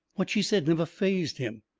what she said never fazed him.